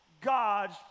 God's